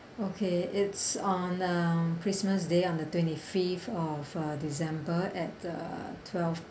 okay it's on um christmas day on the twenty fifth of uh december at the twelve